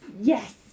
Yes